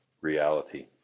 reality